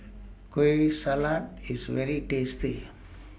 Kueh Salat IS very tasty